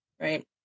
Right